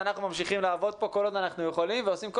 אנחנו ממשיכים לעבוד כל עוד אנחנו יכולים ולעשות כל